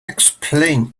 explain